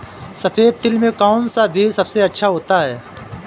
सफेद तिल में कौन सा बीज सबसे अच्छा होता है?